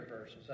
verses